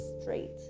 straight